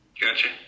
Gotcha